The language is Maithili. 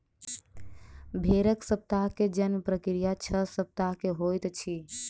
भेड़क बच्चा के जन्म प्रक्रिया छह सप्ताह के होइत अछि